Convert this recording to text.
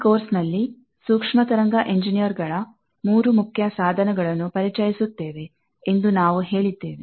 ಈ ಕೋರ್ಸ್ನಲ್ಲಿ ಸೂಕ್ಷ್ಮ ತರಂಗ ಇಂಜಿನಿಯರ್ ಗಳ 3 ಮುಖ್ಯ ಸಾಧನಗಳನ್ನು ಪರಿಚಯಿಸುತ್ತೇವೆ ಎಂದು ನಾವು ಹೇಳಿದ್ದೇವೆ